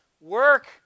work